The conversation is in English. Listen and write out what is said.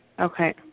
Okay